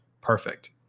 perfect